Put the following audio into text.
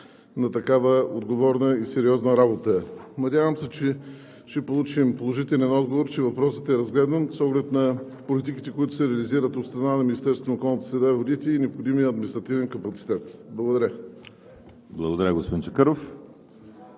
на такава отговорна и сериозна работа. Надявам се, че ще получим положителен отговор, че въпросът е разгледан с оглед на политиките, които се реализират от страна на Министерството на околната среда и водите,